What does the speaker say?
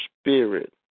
spirit